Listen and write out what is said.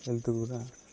health కూడా